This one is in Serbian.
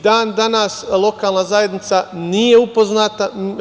Dan danas lokalna zajednica nije upoznata.